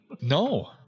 no